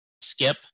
Skip